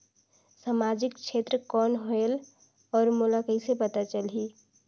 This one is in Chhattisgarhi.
समाजिक क्षेत्र कौन होएल? और मोला कइसे पता चलही?